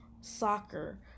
soccer